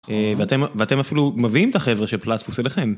ואתם ואתם אפילו מביאים את החברה של פלאטפוס אליכם.